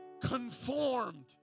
conformed